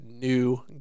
new